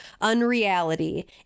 unreality